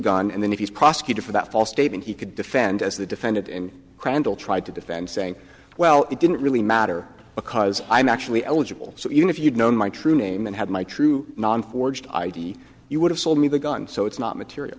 gun and then if he's prosecuted for that false statement he could defend as the defendant and crandell tried to defend saying well it didn't really matter because i'm actually eligible so even if you'd known my true name and had my true forged id you would have sold me the gun so it's not material